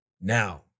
Now